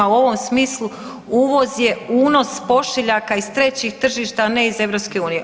U ovom smislu uvoz je unos pošiljaka iz trećih tržišta, a ne iz EU.